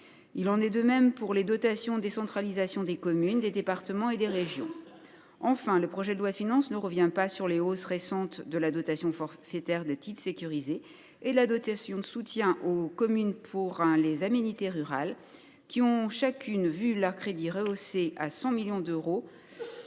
il en va de même des dotations générales de décentralisation des communes, des départements et des régions. Enfin, le projet de loi de finances ne revient pas sur les hausses récentes de la dotation pour les titres sécurisés (DTS) et la dotation de soutien aux communes pour les aménités rurales (DSCAR), qui ont vu chacune leurs crédits rehaussés à 100 millions d’euros.